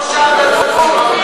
זו שאננות.